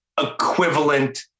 equivalent